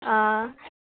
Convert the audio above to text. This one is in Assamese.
অঁ